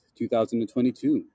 2022